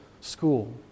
school